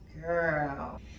Girl